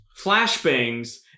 Flashbangs